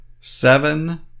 seven